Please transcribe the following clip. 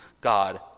God